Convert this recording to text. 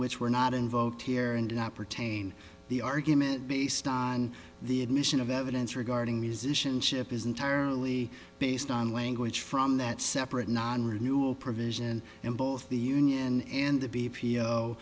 which were not involved here and did not pertain the argument based on the admission of evidence regarding musicianship is entirely based on language from that separate non renewal provision and both the union and the b